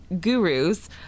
Gurus